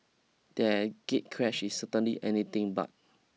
their gatecrash is certainly anything but